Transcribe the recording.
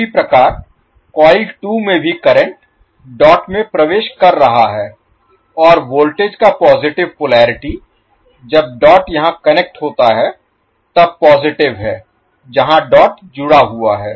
इसी प्रकार कॉइल 2 में भी करंट डॉट में प्रवेश कर रहा है और वोल्टेज का पॉजिटिव पोलरिटी जब डॉट यहाँ कनेक्ट होता है तब पॉजिटिव है जहां डॉट जुड़ा हुआ है